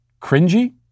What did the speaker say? cringy